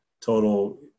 total